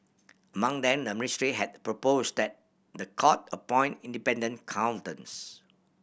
among them the ministry had proposed that the court appoint independent accountants